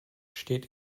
steht